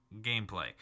gameplay